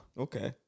Okay